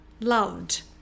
loved